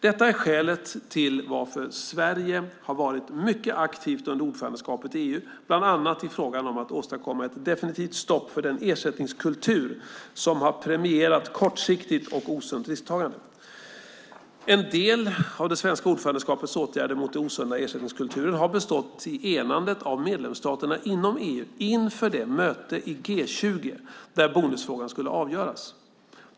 Detta är skälet till att Sverige har varit mycket aktivt under ordförandeskapet i EU, bland annat i frågan om att åstadkomma ett definitivt stopp för den ersättningskultur som har premierat kortsiktigt och osunt risktagande. En del av det svenska ordförandeskapets åtgärder mot den osunda ersättningskulturen har bestått i enandet av medlemsstaterna inom EU inför det möte i G20 där bonusfrågan skulle avgöras.